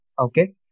Okay